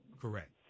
correct